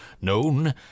known